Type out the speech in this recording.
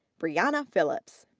brianna phillips.